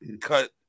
cut